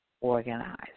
organized